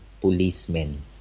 policemen